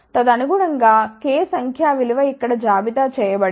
తదనుగుణం గా k సంఖ్యా విలువ ఇక్కడ జాబితా చేయబడింది